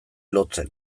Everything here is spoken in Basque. lotzen